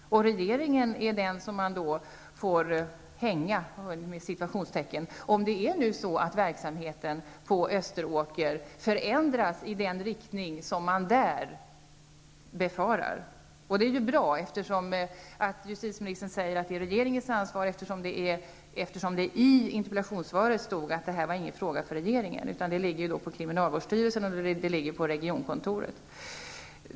Och regeringen är den som man får ''hänga'' om verksamheten på Österåkersanstalten förändras i den riktning som man där befarar. Det är bra att justitieministern säger att det är regeringens ansvar, eftersom det i interpellationssvaret stod att det inte var en fråga för regeringen utan att det var kriminalvårdsstyrelsen och regionkontoren som hade ansvar för den.